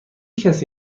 کسی